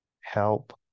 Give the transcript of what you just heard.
Help